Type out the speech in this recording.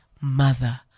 mother